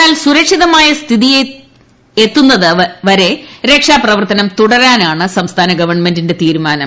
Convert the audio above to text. എന്നാൽ സുരക്ഷിതമായ സ്ഥിതിയെത്തുന്നത് വരെ രക്ഷാപ്രവർത്തനം തുടരാനാ ണ് സംസ്ഥാന ഗവൺമെന്റിന്റെ തീരുമാനം